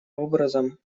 образом